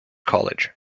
college